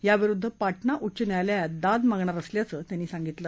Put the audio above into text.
याविरुद्ध पाटणा उच्च न्यायालयात दाद मागणार असल्याचं त्यांनी सांगितलं